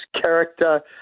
character